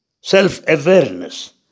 self-awareness